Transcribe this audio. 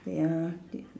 ya